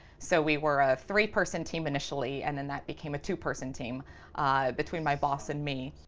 so we were a three-person team initially and then that became a two-person team between my boss and me.